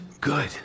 good